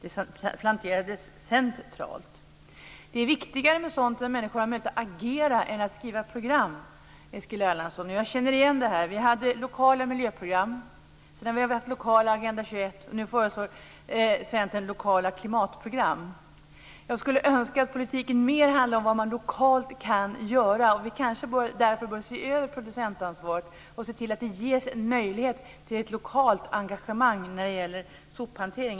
Det hanterades centralt. Det är viktigare att människor agerar än att skriva program, Eskil Erlandsson. Jag känner igen det här. Jag skulle önska att politiken mer handlade om vad man lokalt kan göra.